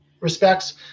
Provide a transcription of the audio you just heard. respects